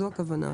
זו הכוונה.